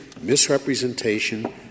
misrepresentation